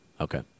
Okay